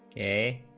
a